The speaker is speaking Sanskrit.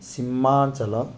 सिम्माञ्जलः